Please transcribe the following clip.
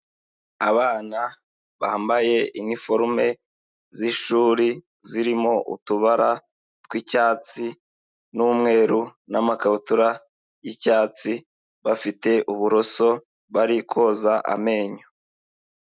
Abana bambaye uniforme zi'ishuri zirimo utubara tw'icyatsi n'umweru n'amakabutura y'cyatsi, bafite uburoso bari koza amenyo.